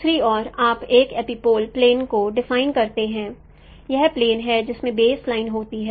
दूसरी ओर आप एक एपिपोलर प्लेन को डिफाइन करते हैं यह प्लेन है जिसमें बेस लाइन होती है